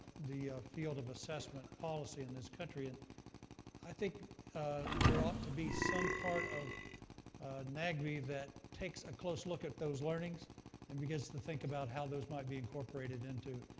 the field of assessment policy in this country. and i think there ought to be some part of nagb that takes a close look at those learnings and begins to think about how those might be incorporated into